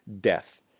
Death